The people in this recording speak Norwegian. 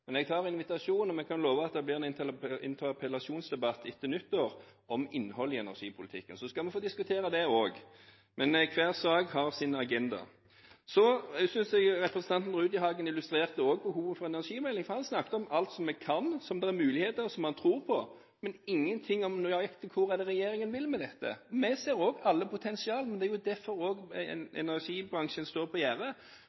Men jeg tar invitasjonen, og vi kan love at det blir en interpellasjonsdebatt etter nyttår om innholdet i energipolitikken, så skal vi få diskutere det også. Hver sak har sin agenda. Jeg synes også representanten Rudihagen illustrerte behovet for energimelding, for han snakket om alt vi kan, alt det er muligheter for, alt han tror på, men ingenting om nøyaktig hvor det er regjeringen vil med dette. Vi ser også alle potensialene, men det er jo derfor